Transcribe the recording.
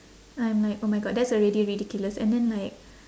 I'm like oh my god that's already ridiculous and then like